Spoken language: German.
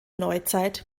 neuzeit